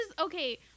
okay